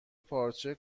پارچه